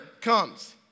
comes